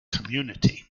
community